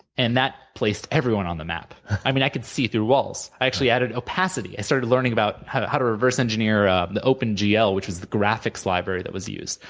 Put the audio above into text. and that placed everyone on the map. i mean i could see through walls. i actually added a pass i started learning about how how to reverse engineer ah the open gl, which was the graphics library that was used,